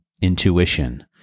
intuition